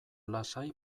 lasai